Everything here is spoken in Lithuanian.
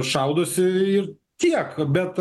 šaudosi ir tiek bet